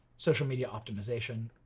social media optimization,